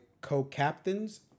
co-captains